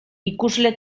ikusle